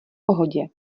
pohodě